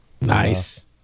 Nice